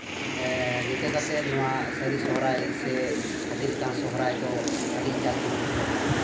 ᱱᱤᱝᱠᱟᱹ ᱠᱟᱛᱮ ᱱᱚᱣᱟ ᱥᱟᱹᱨᱤ ᱥᱚᱨᱦᱟᱭ ᱥᱮ ᱦᱟᱹᱛᱤ ᱞᱮᱠᱟᱱ ᱥᱚᱨᱦᱟᱭ ᱫᱚ ᱟᱹᱰᱤ ᱡᱟᱸᱠ ᱡᱚᱢᱚᱠ ᱜᱮᱞᱮ ᱯᱟᱨᱚᱢᱟ